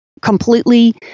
completely